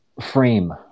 Frame